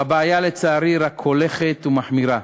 והבעיה, לצערי, רק הולכת ומחמירה,